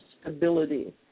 stability